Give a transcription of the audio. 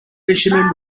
fisherman